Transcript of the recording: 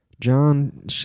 john